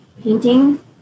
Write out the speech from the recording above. Painting